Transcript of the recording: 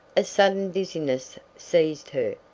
a sudden dizziness seized her.